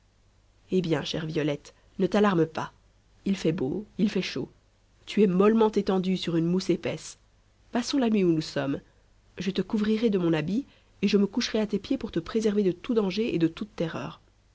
eh bien chère violette ne t'alarme pas il fait beau il fait chaud tu es mollement étendue sur une mousse épaisse passons la nuit où nous sommes je te couvrirai de mon habit et je me coucherai à tes pieds pour te préserver de tout danger et de toute terreur